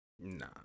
Nah